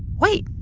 wait,